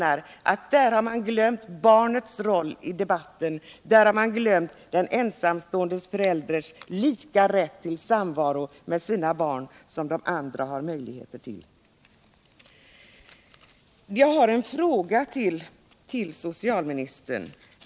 I debatten anser jag att man har glömt både barnets roll och den ensamstående förälderns lika rättighet till samvaro med sina barn som . familjer med två föräldrar har möjlighet till. Jag har en fråga till socialministern.